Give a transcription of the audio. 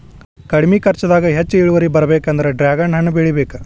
ಕಡ್ಮಿ ಕರ್ಚದಾಗ ಹೆಚ್ಚ ಇಳುವರಿ ಬರ್ಬೇಕಂದ್ರ ಡ್ರ್ಯಾಗನ್ ಹಣ್ಣ ಬೆಳಿಬೇಕ